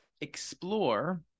explore